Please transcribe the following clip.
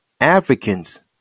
Africans